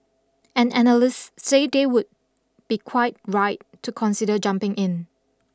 and analysts say they would be quite right to consider jumping in